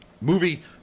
Movie